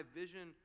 vision